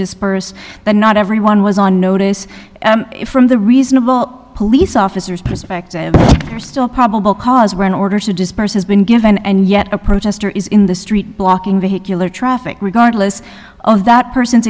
disperse but not everyone was on notice from the reasonable police officers perspective are still probable cause when orders to disperse has been given and yet a protester is in the street blocking vehicular traffic regardless of that person's